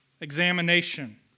Examination